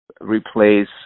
replace